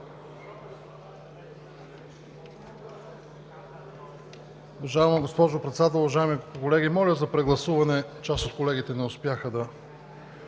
Благодаря